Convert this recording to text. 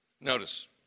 Notice